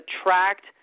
attract